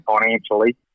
financially